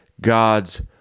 God's